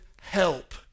help